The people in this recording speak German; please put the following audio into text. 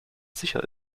sicher